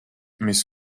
mis